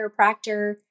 chiropractor